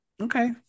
Okay